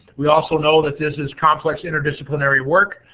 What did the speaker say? we also know that this is complex interdisciplinary work,